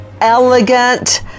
elegant